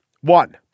One